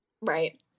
Right